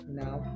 now